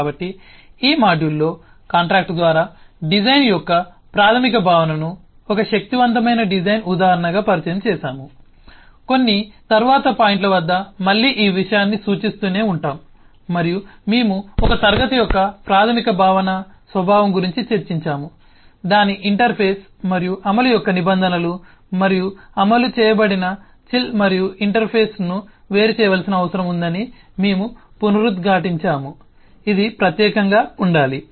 కాబట్టి ఈ మాడ్యూల్లో కాంట్రాక్ట్ ద్వారా డిజైన్ యొక్క ప్రాథమిక భావనను ఒక శక్తివంతమైన డిజైన్ ఉదాహరణగా పరిచయం చేసాము కొన్ని తరువాతి పాయింట్ల వద్ద మళ్ళీ ఈ విషయాన్ని సూచిస్తూనే ఉంటాం మరియు మేము ఒక క్లాస్ యొక్క ప్రాథమిక భావన స్వభావం గురించి చర్చించాము దాని ఇంటర్ఫేస్ మరియు అమలు యొక్క నిబంధనలు మరియు అమలు చేయబడిన చిల్ మరియు ఇంటర్ఫేస్ను వేరుచేయవలసిన అవసరం ఉందని మేము పునరుద్ఘాటించాము ఇది ప్రత్యేకంగా ఉండాలి